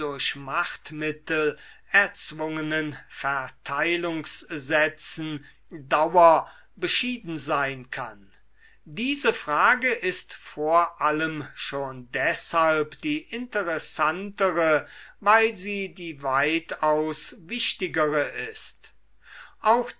durch machtmittel erzwungenen verteilungssätzen dauer beschieden sein kann diese frage ist vor allem schon deshalb die interessantere weil sie die weitaus wichtigere ist auch